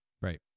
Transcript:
right